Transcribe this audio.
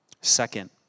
Second